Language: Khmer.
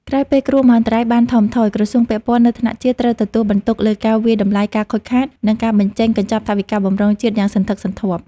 ក្រោយពេលគ្រោះមហន្តរាយបានថមថយ ក្រសួងពាក់ព័ន្ធនៅថ្នាក់ជាតិត្រូវទទួលបន្ទុកលើការវាយតម្លៃការខូចខាត និងការបញ្ចេញកញ្ចប់ថវិកាបម្រុងជាតិយ៉ាងសន្ធឹកសន្ធាប់។